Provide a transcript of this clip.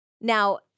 Now